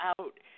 out